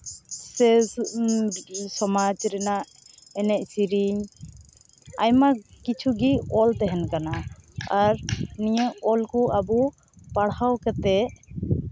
ᱥᱮ ᱥᱚᱢᱟᱡᱽ ᱨᱮᱱᱟᱜ ᱮᱱᱮᱡ ᱥᱮᱨᱮᱧ ᱟᱭᱢᱟ ᱠᱤᱪᱷᱩ ᱜᱮ ᱚᱞ ᱛᱟᱦᱮᱱ ᱠᱟᱱᱟ ᱟᱨ ᱱᱤᱭᱟᱹ ᱚᱞᱠᱚ ᱟᱵᱚ ᱯᱟᱲᱦᱟᱣ ᱠᱟᱛᱮᱫ